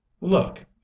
Look